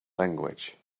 language